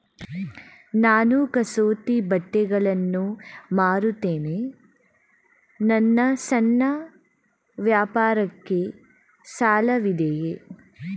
ನಾನು ಕಸೂತಿ ಬಟ್ಟೆಗಳನ್ನು ಮಾರುತ್ತೇನೆ ನನ್ನ ಸಣ್ಣ ವ್ಯಾಪಾರಕ್ಕೆ ಸಾಲವಿದೆಯೇ?